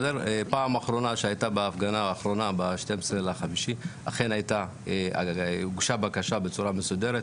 פעם אחרונה שהיתה בהפגנה האחרונה ב-12.5 אכן הוגשה בקשה בצורה מסודרת,